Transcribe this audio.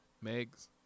Meg's